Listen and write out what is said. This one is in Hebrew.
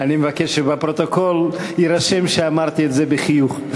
אני מבקש שבפרוטוקול יירשם שאמרתי את זה בחיוך.